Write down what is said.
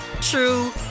true